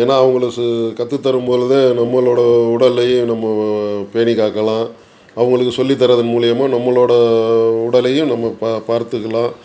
ஏன்னால் அவங்களு சு கற்றுத்தரும் பொழுது நம்மளோடய உடலையும் நம்ம பேணிக்காக்கலாம் அவங்களுக்கு சொல்லித்தர்றது மூலிமா நம்மளோடய உடலையும் நம்ம பா பார்த்துக்கலாம்